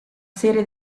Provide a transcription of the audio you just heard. serie